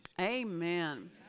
Amen